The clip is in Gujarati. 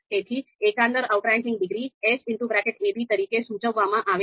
તેથી એકંદર આઉટરેંકિંગ ડિગ્રી Sab તરીકે સૂચવવામાં આવે છે